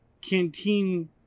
canteen